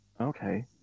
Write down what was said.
Okay